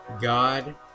God